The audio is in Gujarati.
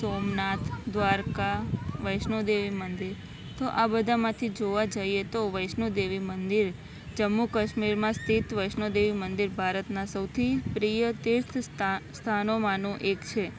સોમનાથ દ્વારકા વૈષ્ણવદેવી મંદિર તો આ બધામાંથી જોવા જઈએ તો વૈષ્ણવદેવી મંદિર જમ્મુ કશ્મીરમાં સ્થિત વૈષ્ણવદેવી મંદિર ભારતના સૌથી પ્રિય તીર્થ સ્થા સ્થાનોમાનું એક છે